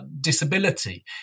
disability